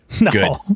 No